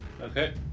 okay